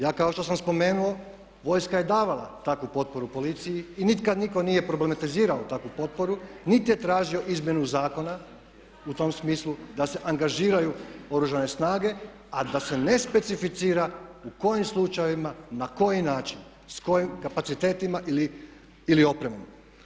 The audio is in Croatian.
Ja kao što sam spomenuo vojska je davala takvu potporu policiji i nikada nitko nije problematizirao takvu potporu niti je tražio izmjenu zakona u tom smislu da se angažiraju Oružane snage a da se ne specificira u kojim slučajevima, na koji način, s kojim kapacitetima ili opremom.